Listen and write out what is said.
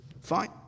Fine